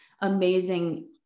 amazing